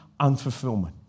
unfulfillment